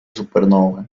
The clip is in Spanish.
supernova